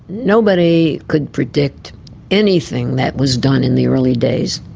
nobody could predict anything that was done in the early days.